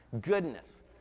goodness